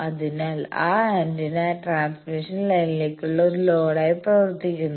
അതിനാൽ ആ antenna transmission ലൈനിലേക്ക്കുള്ള ഒരു ലോഡായി പ്രവർത്തിക്കുന്നു